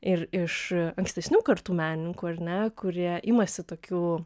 ir iš ankstesnių kartų menininkų ar ne kurie imasi tokių